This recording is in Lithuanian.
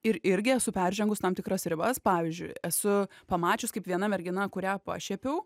ir irgi esu peržengus tam tikras ribas pavyzdžiui esu pamačius kaip viena mergina kurią pašiepiau